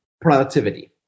productivity